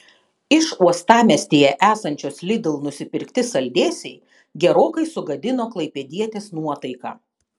iš uostamiestyje esančios lidl nusipirkti saldėsiai gerokai sugadino klaipėdietės nuotaiką